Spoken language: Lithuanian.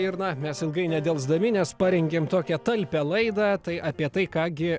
ir na mes ilgai nedelsdami nes parengėm tokią talpią laidą tai apie tai ką gi